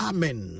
Amen